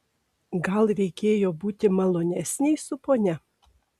gal reikėjo būti malonesnei su ponia